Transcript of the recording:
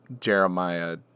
Jeremiah